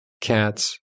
cats